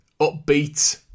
upbeat